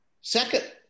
Second